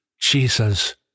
Jesus